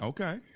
Okay